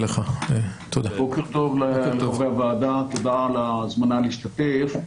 בוקר טוב לחברי הוועדה, תודה על ההזמנה להשתתף.